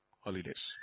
holidays